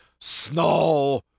snow